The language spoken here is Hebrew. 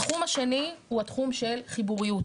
התחום השני הוא התחום של חיבוריות.